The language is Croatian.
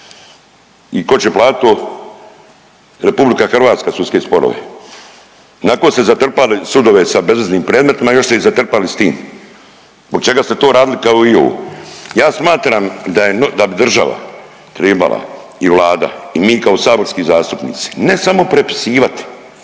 i ko će platit to, RH sudske sporove. Ionako ste zatrpali sudove sa bezveznim predmetima i još ste ih zatrpali i s tim. Zbog čega ste to radili, kao i ovo? Ja smatram da bi država tribala i Vlada i mi kao saborski zastupnici ne samo prepisivati